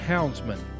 Houndsman